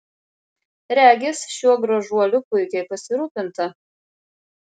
regis šiuo gražuoliu puikiai pasirūpinta